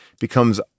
becomes